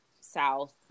south